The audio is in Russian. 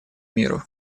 миру